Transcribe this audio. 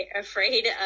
afraid